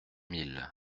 mille